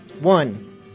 one